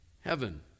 heaven